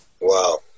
Wow